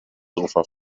sofa